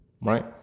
Right